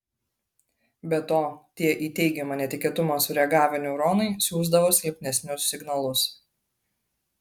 be to tie į teigiamą netikėtumą sureagavę neuronai siųsdavo silpnesnius signalus